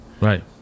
Right